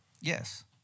Yes